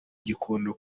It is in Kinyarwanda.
gikondo